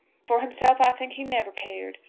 for himself, i think, he never cared.